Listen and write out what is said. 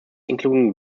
including